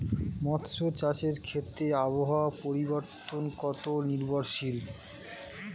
মৎস্য চাষের ক্ষেত্রে আবহাওয়া পরিবর্তন কত নির্ভরশীল?